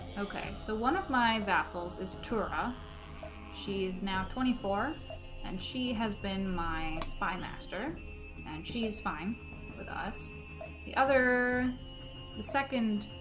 okay so one of my vassals is tora she is now twenty four and she has been my spy spy master and she is fine with us the other the second